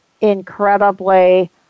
incredibly